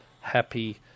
happy